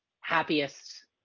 happiest